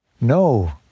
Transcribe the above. No